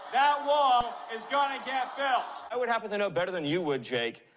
that wall is gonna get built. i'd happen to know better than you, ah jake,